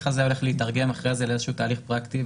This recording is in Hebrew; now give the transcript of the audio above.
הזה הולך להתארגן אחרי זה לתהליך פרקטי,